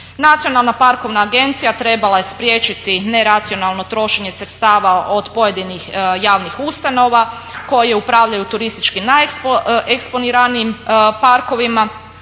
Nacionalna parkovna agencija trebala je spriječiti neracionalno trošenje sredstava od pojedinih javnih ustanova koje upravljaju turistički najeksponiranijim parkovima